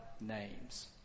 names